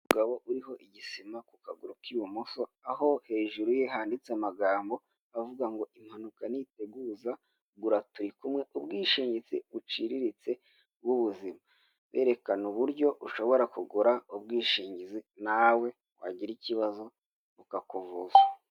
Umugabo uriho igisima ku kaguru k'ibumoso, aho hejuru ye handitse amagambo avuga ngo "Impanuka ntiteguza, gura turi kumwe, ubwishingizi buciriritse bw'ubuzima". Birekana uburyo ushobora kugura ubwishingizi, nawe wagira ikibazo bukakuvuza.